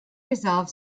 resolve